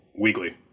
weekly